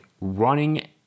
running